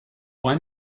why